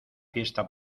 fiesta